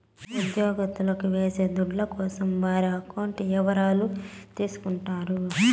ఉద్యోగత్తులకు ఏసే దుడ్ల కోసం వారి అకౌంట్ ఇవరాలు తీసుకుంటారు